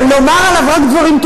לומר לו ביום הדין,